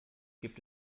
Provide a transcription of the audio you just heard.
gibt